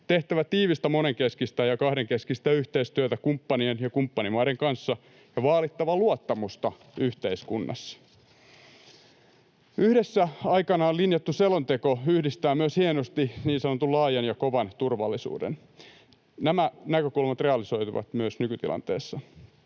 tehtävä tiivistä monenkeskistä ja kahdenkeskistä yhteistyötä kumppanien ja kumppanimaiden kanssa sekä vaalittava luottamusta yhteiskunnassa. Yhdessä aikanaan linjattu selonteko yhdistää myös hienosti niin sanotun laajan ja kovan turvallisuuden. Nämä näkökulmat realisoituvat myös nykytilanteessa.